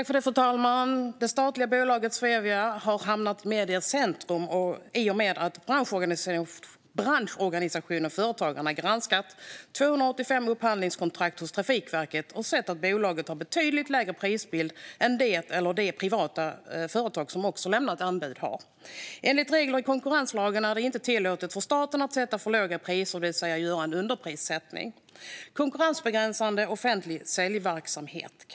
Fru talman! Det statliga bolaget Svevia har hamnat i mediernas centrum i och med att branschorganisationen Företagarna har granskat 285 upphandlingskontrakt hos Trafikverket och sett att bolaget har en betydligt lägre prisbild än de privata företag som också har lämnat anbud. Enligt reglerna i konkurrenslagen är det inte tillåtet för staten att sätta för låga priser, det vill säga att göra en underprissättning. Det kallas för konkurrensbegränsande offentlig säljverksamhet.